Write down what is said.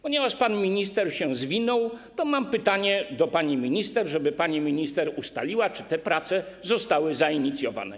Ponieważ pan minister się zwinął, to mam prośbę do pani minister, żeby pani minister ustaliła, czy te prace zostały zainicjowane.